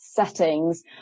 Settings